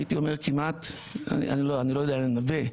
תודה.